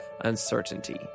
uncertainty